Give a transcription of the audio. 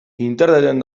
interneten